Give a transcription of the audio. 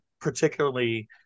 particularly